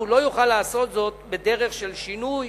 והוא לא יוכל לעשות זאת בדרך של שינוי